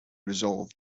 resolved